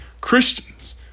Christians